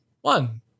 one